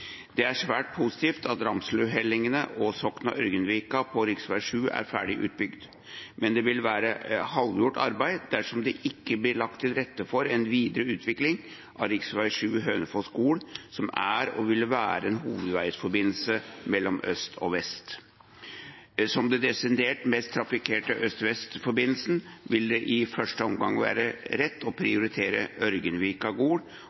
Det er svært positivt at Ramsrudhellingane og Sokna–Ørgenvika på rv. 7 er ferdig utbygd, men det vil være halvgjort arbeid dersom det ikke blir lagt til rette for en videre utvikling av rv. 7 Hønefoss–Gol, som er og vil være en hovedveiforbindelse mellom øst og vest. Som den desidert mest trafikkerte øst–vest-forbindelsen vil det i første omgang være rett å